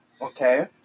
Okay